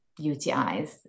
UTIs